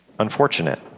unfortunate